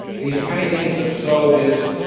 his paintings of soldiers,